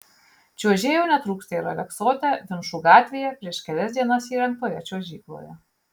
čiuožėjų netrūksta ir aleksote vinčų gatvėje prieš kelias dienas įrengtoje čiuožykloje